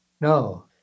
No